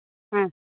ಹ್ಞೂ